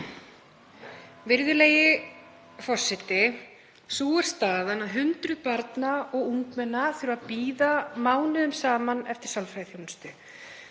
Virðulegi forseti. Staðan er sú að hundruð barna og ungmenna þurfa að bíða mánuðum saman eftir sálfræðiþjónustu.